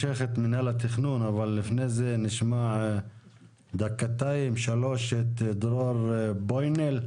נשמע דקותיים-שלוש את דרור בוימל,